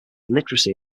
literacy